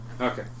Okay